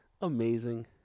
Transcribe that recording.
Amazing